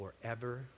forever